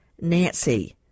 nancy